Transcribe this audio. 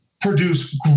produce